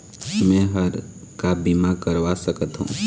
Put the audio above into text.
मैं हर का बीमा करवा सकत हो?